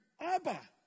Abba